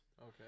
Okay